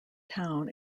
town